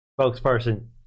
spokesperson